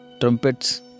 trumpets